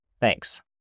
Thanks